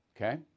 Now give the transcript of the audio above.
Okay